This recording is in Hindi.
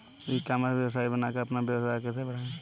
ई कॉमर्स वेबसाइट बनाकर अपना व्यापार कैसे बढ़ाएँ?